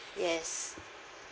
yes